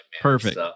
Perfect